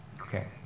okay